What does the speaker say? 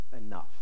enough